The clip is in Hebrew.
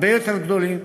הרבה יותר גדולים,